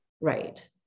right